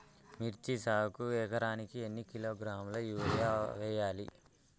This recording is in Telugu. మిర్చి సాగుకు ఎకరానికి ఎన్ని కిలోగ్రాముల యూరియా వేయాలి?